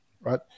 right